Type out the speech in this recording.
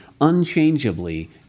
unchangeably